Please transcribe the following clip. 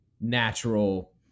natural